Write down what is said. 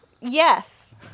yes